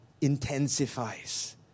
intensifies